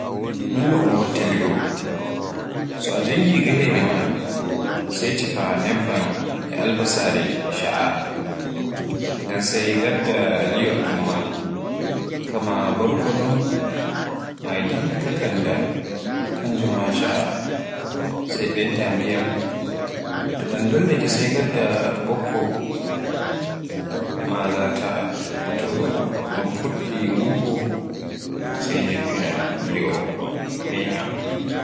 Non no un watta li'o. So a jonngi gahere ma sai tefa nebban e albasare caa, nden sai ngadda liyorɗum maa, kamaa borkonno, Maggi e kakanda kanjum ma caa, sai ɓedda ndiyam. To ɗan dollaake sai ngadda ɓokko mata ngata. To ɗan fuɗɗi nguufo sai jiffina, li'o heynaama.